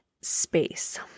space